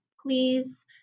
please